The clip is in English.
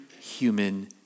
human